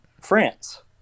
France